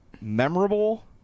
memorable